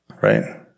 right